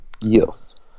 yes